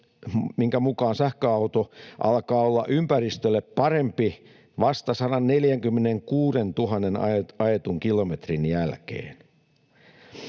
minkä mukaan sähköauto alkaa olla ympäristölle parempi vasta 146 000 ajetun kilometrin jälkeen.